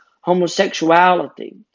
homosexuality